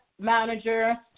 manager